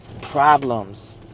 problems